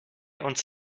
uns